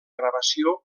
gravació